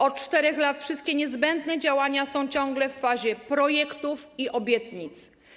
Od 4 lat wszystkie niezbędne działania są ciągle w fazie projektów i obietnic.